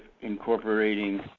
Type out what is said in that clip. incorporating